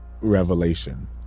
Revelation